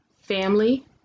family